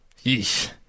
Yeesh